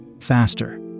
Faster